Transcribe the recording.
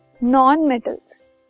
non-metals